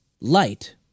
light